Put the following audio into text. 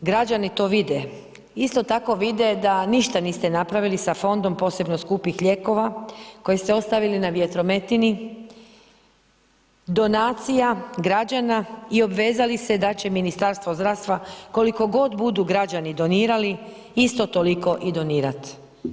Građani to vide, isto tako vide da ništa niste napravili sa fondom posebno skupih lijekova koje ste ostavili na vjetrometini, donacija građana i obvezali se da će Ministarstvo zdravstva koliko god budu građani donirali isto toliko i donirati.